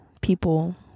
people